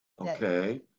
Okay